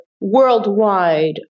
worldwide